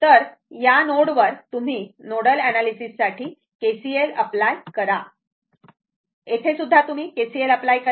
तर या नोडवर तुम्ही नोडल एनालिसिससाठी KCL अप्लाय करा येथे सुद्धा तुम्ही KCL अप्लाय करा